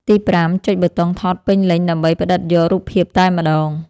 ទី5 ចុចប៊ូតុងថតពេញលេញដើម្បីផ្តិតយករូបភាពតែម្តង។